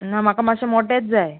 ना म्हाका मात्शें मोटेत जाय